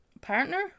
Partner